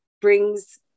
brings